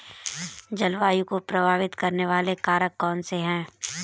जलवायु को प्रभावित करने वाले कारक कौनसे हैं?